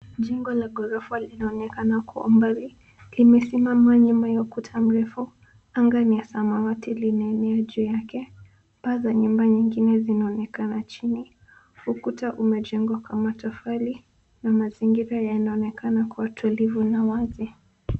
Jengo la ghorofa linaonekana kwa mbali, limesimama nyuma ya ukuta mrefu, anga ni ya samawati limeenea juu yake, paa za nyumba nyingine zinaonekana chini. Ukuta umejengwa kama tofali na mazingira yanaonekana kuwa tulivu na wazi.